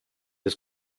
his